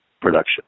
production